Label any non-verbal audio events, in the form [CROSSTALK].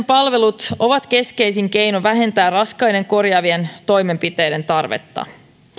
[UNINTELLIGIBLE] palvelut ovat keskeisin keino vähentää raskaiden korjaavien toimenpiteiden tarvetta